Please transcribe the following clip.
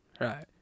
right